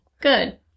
Good